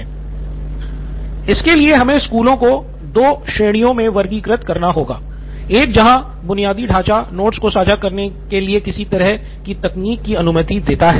नितिन कुरियन इसके लिए हमें स्कूलों को दो श्रेणियों में वर्गीकृत करना होगा एक जहां बुनियादी ढाँचा नोट्स को साझा करने के लिए किसी तरह की तकनीक की अनुमति देता है